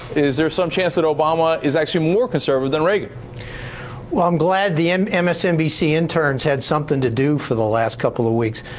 is there some chance that obama is actually more conservative than reagan? donatelli well i'm glad the and msnbc interns had something to do for the last couple of weeks.